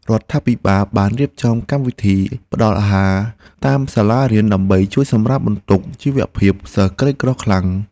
រដ្ឋាភិបាលបានរៀបចំកម្មវិធីផ្តល់អាហារតាមសាលារៀនដើម្បីជួយសម្រាលបន្ទុកជីវភាពសិស្សក្រីក្រខ្លាំង។